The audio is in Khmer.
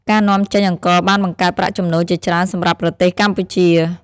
ការនាំចេញអង្ករបានបង្កើតប្រាក់ចំណូលជាច្រើនសម្រាប់ប្រទេសកម្ពុជា។